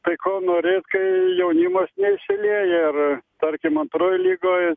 tai ko norėt kai jaunimas neįsilieja ir tarkim antroj lygoj